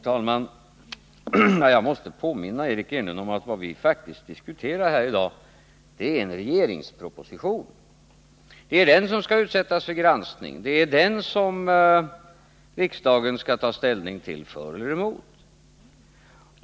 Herr talman! Jag måste påminna Eric Enlund om att vad vi faktiskt diskuterar här i dag är en regeringsproposition. Det är den som skall utsättas för granskning. Det är den som riksdagen skall ta ställning för eller emot.